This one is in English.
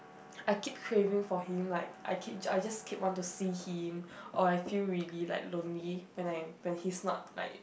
I keep favoring for him like I keep I just keep want to see him or I feel really like lonely when I when he is not like